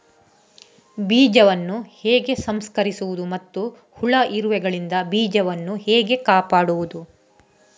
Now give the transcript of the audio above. ಬೀಜವನ್ನು ಹೇಗೆ ಸಂಸ್ಕರಿಸುವುದು ಮತ್ತು ಹುಳ, ಇರುವೆಗಳಿಂದ ಬೀಜವನ್ನು ಹೇಗೆ ಕಾಪಾಡುವುದು?